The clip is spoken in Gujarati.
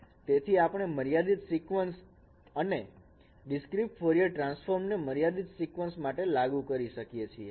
તેથી આપણે મર્યાદિત સિકવન્સ સાથે અને ડીસ્કીટ ફોરિયર ટ્રાન્સફોર્મ ને મર્યાદિત સિકવન્સ માટે લાગુ કરીએ છીએ